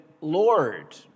Lord